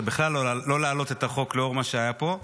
לא להעלות את החוק בכלל לאור מה שהיה פה.